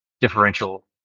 differential